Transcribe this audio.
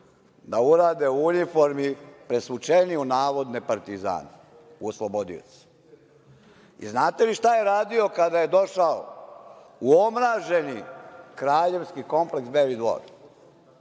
da urade u uniformi presvučeni u navodne partizane, u oslobodioce. Znate li šta je radio kada je došao u omraženi kraljevski kompleks Beli dvor?